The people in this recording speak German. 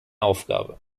aufgabe